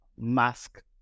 mask